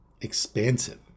Expansive